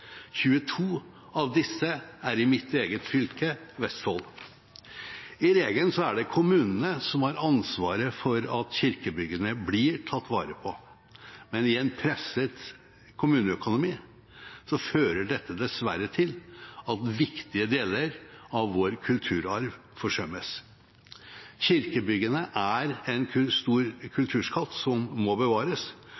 22 av disse er i mitt eget fylke, Vestfold. I regelen er det kommunene som har ansvaret for at kirkebyggene blir tatt vare på. Men i en presset kommuneøkonomi fører dette dessverre til at viktige deler av vår kulturarv forsømmes. Kirkebyggene er en stor